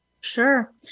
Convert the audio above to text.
Sure